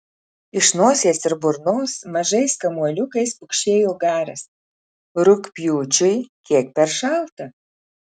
iš nosies ir burnos mažais kamuoliukais pukšėjo garas rugpjūčiui kiek per šalta